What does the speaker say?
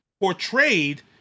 portrayed